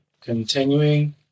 continuing